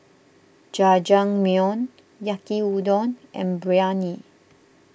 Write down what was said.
Jajangmyeon Yaki Udon and Biryani